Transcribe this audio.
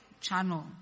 Channel